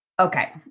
Okay